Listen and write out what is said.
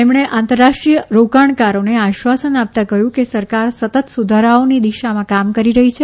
તેમણે આંતરરાષ્ટ્રીય રોકાણકારોને આશ્વાસન આપતા કહ્યું કે સરકાર સતત સુધારાઓની દિશામાં કામ કરી રહી છે